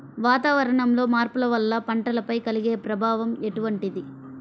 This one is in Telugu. వాతావరణంలో మార్పుల వల్ల పంటలపై కలిగే ప్రభావం ఎటువంటిది?